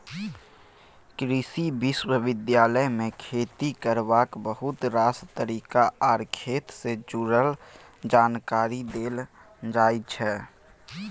कृषि विश्वविद्यालय मे खेती करबाक बहुत रास तरीका आर खेत सँ जुरल जानकारी देल जाइ छै